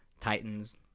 Titans